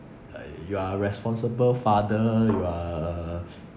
like you are a responsible father you are a